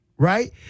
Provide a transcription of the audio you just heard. Right